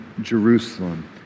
Jerusalem